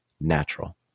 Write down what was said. natural